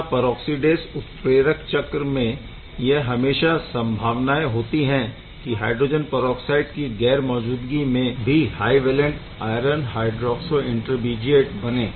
यहाँ परऑक्सीडेस उत्प्रेरक चक्र में यह हमेशा संभावनाएं होती है कि हायड्रोजन परऑक्साइड की गैर मौजूदगी में भी high valent iron hydroxo intermediate बने